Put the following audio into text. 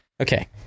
Okay